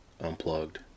Unplugged